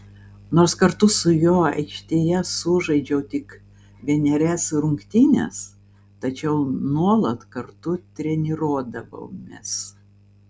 nors kartu su juo aikštėje sužaidžiau tik vienerias rungtynes tačiau nuolat kartu treniruodavomės